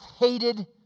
hated